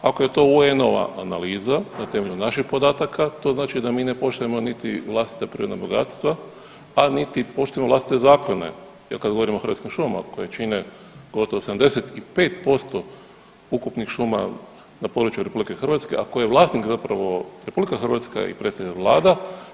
Ako je to UN-ova analiza na temelju naših podataka to znači da mi ne poštujemo niti vlastita prirodna bogatstva, a niti poštujemo vlastite zakona, jer kada govorimo o Hrvatskim šumama koje čine gotovo 75% ukupnih šuma na području Republike Hrvatske, a koje je vlasnik zapravo RH i predstavnik Vlada.